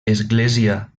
església